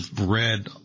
read